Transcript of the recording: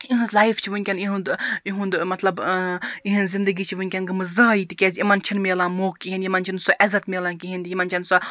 یِہٕنٛز لایف چھِ وُنکیٚن یُہُنٛد یُہُنٛد مَطلَب یِہِنٛز زِنٛدَگی چھِ وُنکیٚن گٲمٕژ ضایہِ تِکیٛازِ یمن چھُنہٕ میلان موقعہٕ کِہیٖنٛۍ یمن چھُنہٕ سۄ عزت میلان کِہیٖنٛۍ